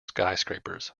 skyscrapers